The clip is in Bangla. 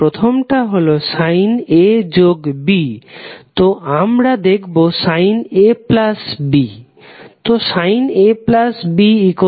প্রথমতা হল sin A যোগ B তো আমরা দেখবো sin AB